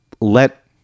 let